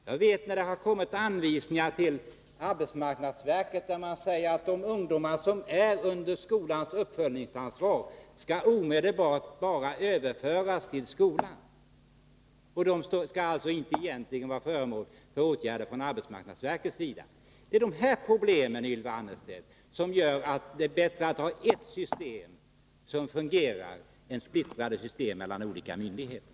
Jag vet att det till arbetsmarknadsverket har kommit anvisningar, där det sägs att de ungdomar som står under skolans uppföljningsansvar omedelbart skall överföras till skolan, varför de egentligen inte skall bli föremål för åtgärder från arbetsmarknadsverkets sida. Det är dessa problem, Ylva Annerstedt, som gör att det är bättre att ha ett system som fungerar än ett system med splittring på olika myndigheter.